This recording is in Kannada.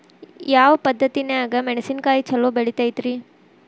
ಯಾವ ಪದ್ಧತಿನ್ಯಾಗ ಮೆಣಿಸಿನಕಾಯಿ ಛಲೋ ಬೆಳಿತೈತ್ರೇ?